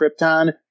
Krypton